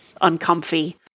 uncomfy